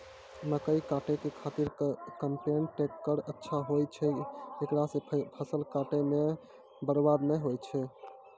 मकई काटै के खातिर कम्पेन टेकटर अच्छा होय छै ऐकरा से फसल काटै मे बरवाद नैय होय छै?